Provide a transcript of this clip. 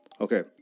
okay